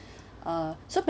uh so may I